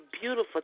beautiful